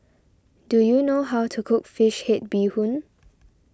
do you know how to cook Fish Head Bee Hoon